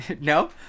no